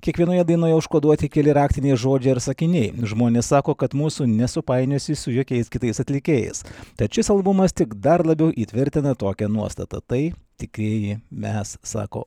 kiekvienoje dainoje užkoduoti keli raktiniai žodžiai ar sakiniai žmonės sako kad mūsų nesupainiosi su jokiais kitais atlikėjais tad šis albumas tik dar labiau įtvirtina tokią nuostatą tai tikrieji mes sako